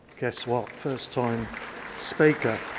so ah first time speaker.